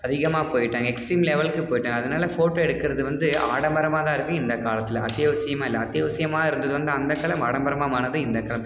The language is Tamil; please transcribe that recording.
அதிகமாக போய்ட்டாங்க எக்ஸ்ட்ரீம் லெவலுக்குப் போய்ட்டாங்க அதனால் ஃபோட்டோ எடுக்கிறது வந்து ஆடம்பரமாக தான் இருக்குது இந்தக் காலத்தில் அத்தியாவசியமாக இல்லை அத்தியாவசியமாக இருந்தது வந்து அந்தக் காலம் ஆடம்பரமாக ஆனது இந்தக் காலம்